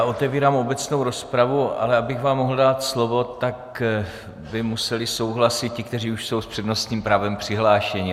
Otevírám obecnou rozpravu, ale abych vám mohl dát slovo, tak by museli souhlasit ti, kteří už jsou s přednostním právem přihlášeni.